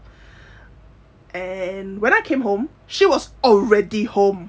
and when I came home she was already home